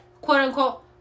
quote-unquote